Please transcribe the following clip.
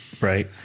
right